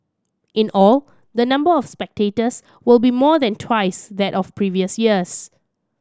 in all the number of spectators will be more than twice that of previous years